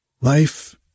Life